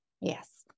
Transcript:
Yes